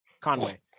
Conway